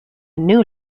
new